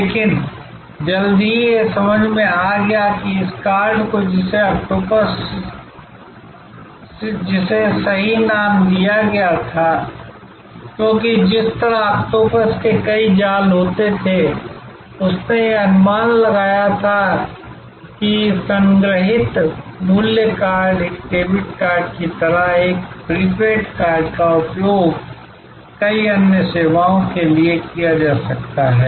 लेकिन जल्द ही यह समझ में आ गया कि इस कार्ड को जिसे ऑक्टोपस जिसे सही नाम दिया गया था क्योंकि जिस तरह ऑक्टोपस के कई जाल होते थे उसने यह अनुमान लगाया था कि यह संग्रहित मूल्य कार्ड एक डेबिट कार्ड की तरह एक प्रीपेड कार्ड का उपयोग कई अन्य सेवाओं के लिए किया जा सकता है